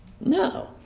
No